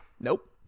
nope